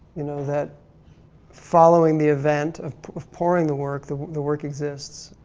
you know, that following the event of, of pouring the work, the, the work exists.